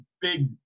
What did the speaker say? big